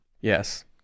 Yes